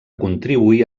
contribuir